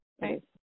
Right